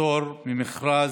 בפטור ממכרז,